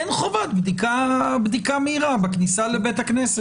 אין חובת בדיקה מהירה בכניסה לבית הכנסת.